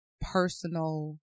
personal